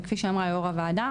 וכפי שאמרה יו"ר הוועדה,